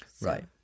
Right